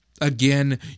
again